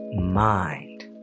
mind